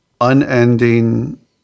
unending